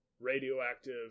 radioactive